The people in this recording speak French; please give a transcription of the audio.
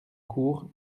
cour